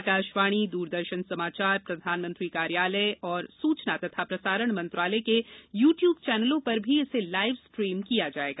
आकाशवाणी दूरदर्शन समाचार प्रधानमंत्री कार्यालय तथा सूचना और प्रसारण मंत्रालय के ल्वनज्नइम चैनलों पर भी इसे लाइव स्ट्रीम किया जाएगा